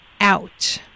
out